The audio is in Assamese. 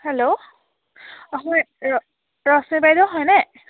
হেল্ল' অঁ হয় ৰ ৰশ্মি বাইদেউ হয়নে